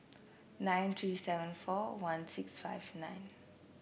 nine three seven four one six five nine